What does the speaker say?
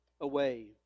away